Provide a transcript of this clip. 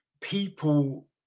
people